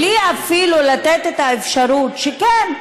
בלי אפילו לתת את האפשרות שכן,